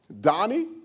Donnie